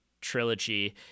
trilogy